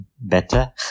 better